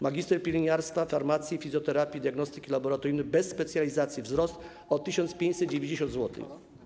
Magister pielęgniarstwa, farmacji, fizjoterapii, diagnostyki laboratoryjnej bez specjalizacji - wzrost o 1590 zł.